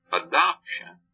adoption